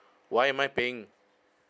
why am I paying